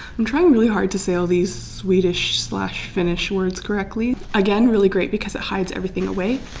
i'm trying really hard to say all these swedish slash finnish words correctly again really great because it hides everything away.